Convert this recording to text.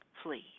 Please